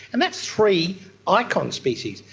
and that's three icon species.